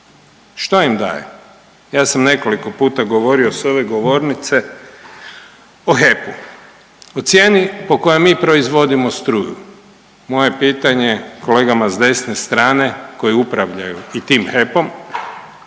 Šta im daje? Ja sam nekoliko puta govorio s ove govornice o HEP-u. O cijeni po kojoj mi proizvodimo struju. Moje pitanje kolegama s desne strane koji upravljaju i tim HEP-om.